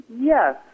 Yes